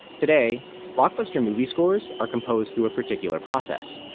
today blockbuster movie scores are composed to a particular process,